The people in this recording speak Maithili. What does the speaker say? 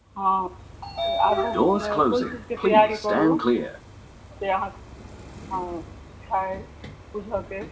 हँ आगू कोन चीजके तैआरी करू से अहाँसँ हँ इच्छा अइ बुझय के